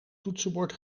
toetsenbord